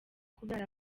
kubyara